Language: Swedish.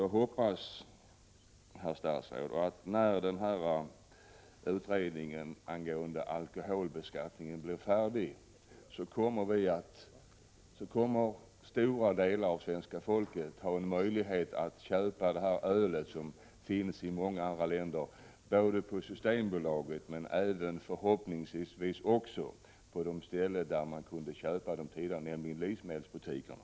Jag hoppas, herr statsråd, att stora delar av svenska folket, när denna utredning om alkoholbeskattningen är färdig, kommer att få en möjlighet att köpa detta öl både på Systembolaget och förhoppningsvis också på de ställen där man kunde köpa det tidigare, nämligen i livsmedelsbutikerna.